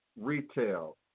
retail